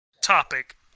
topic